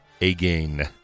again